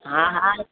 हा हा